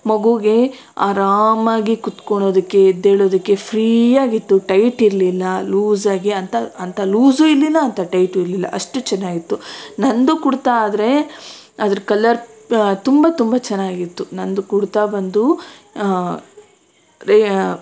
ಮಗುಗೆ ಆರಾಮಾಗಿ ಕುತ್ಕೊಳೋದಕ್ಕೆ ಎದ್ದೆಳೋದಕ್ಕೆ ಫ್ರೀಯಾಗಿತ್ತು ಟೈಟ್ ಇರಲಿಲ್ಲ ಲೂಸಾಗಿ ಅಂತ ಅಂಥ ಲೂಸು ಇರಲಿಲ್ಲ ಅಂಥ ಟೈಟು ಇರಲಿಲ್ಲ ಅಷ್ಟು ಚೆನ್ನಾಗಿತ್ತು ನಂದು ಕುಡ್ತಾ ಆದರೆ ಅದ್ರ ಕಲರ್ ತುಂಬ ತುಂಬ ಚೆನ್ನಾಗಿತ್ತು ನಂದು ಕುಡ್ತಾ ಬಂದು ರೇ